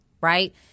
right